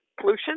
pollution